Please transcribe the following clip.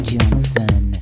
Johnson